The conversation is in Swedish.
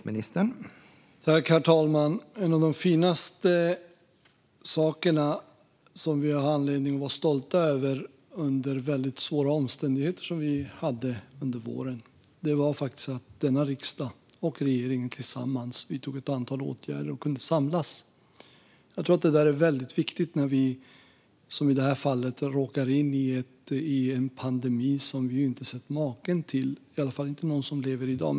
Herr talman! En av de finaste saker som vi har anledning att vara stolta över, vad gäller de väldigt svåra omständigheter som vi hade under våren, är att denna riksdag och denna regering tillsammans vidtog ett antal åtgärder och kunde samlas. Jag tror att detta är väldigt viktigt. Vi råkade in i en pandemi som vi inte sett maken till, i alla fall inte någon som lever i dag.